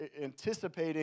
anticipating